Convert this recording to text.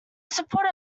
support